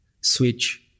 switch